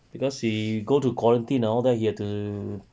because he go to quarantine and all that he have to